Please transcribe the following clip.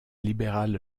libérale